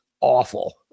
awful